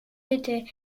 étaient